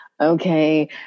okay